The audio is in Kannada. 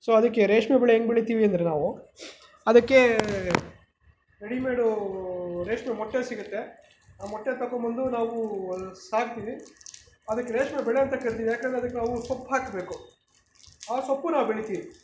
ಸೊ ಅದಕ್ಕೆ ರೇಷ್ಮೆ ಬೆಳೆ ಹೆಂಗೆ ಬೆಳೀತೀವಿ ಅಂದರೆ ನಾವು ಅದಕ್ಕೆ ರೆಡಿಮೆಡು ರೇಷ್ಮೆ ಮೊಟ್ಟೆ ಸಿಗುತ್ತೆ ಆ ಮೊಟ್ಟೆನ ತಕ್ಕೊಂಡು ಬಂದು ನಾವು ಸಾಕ್ತೀವಿ ಅದಕ್ಕೆ ರೇಷ್ಮೆ ಬೆಳೆ ಅಂತ ಕರಿತೀವಿ ಏಕೆಂದರೆ ಅದಕ್ಕೆ ನಾವು ಸೊಪ್ಪು ಹಾಕಬೇಕು ಆ ಸೊಪ್ಪು ನಾವು ಬೆಳೀತೀವಿ